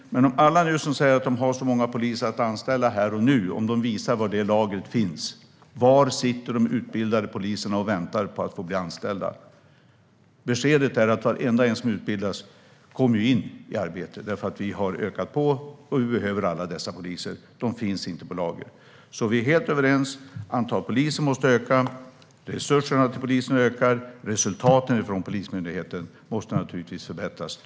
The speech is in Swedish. Kan alla som nu säger att de har så många poliser att anställa visa var det lagret finns? Var sitter de utbildade poliserna och väntar på att få bli anställda? Beskedet är att varenda en som utbildas kommer in i arbete, eftersom vi har ökat detta. Vi behöver alla dessa poliser. De finns inte på lager. Vi är helt överens. Antalet poliser måste öka. Resurserna till polisen ökar. Resultaten för Polismyndigheten måste naturligtvis förbättras.